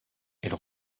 elle